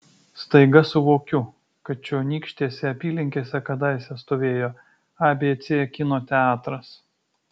staiga suvokiu kad čionykštėse apylinkėse kadaise stovėjo abc kino teatras